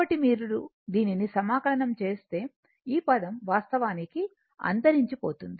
కాబట్టి మీరు దీనిని సమాకలనము చేస్తే ఈ పదం వాస్తవానికి అంతరించిపోతుంది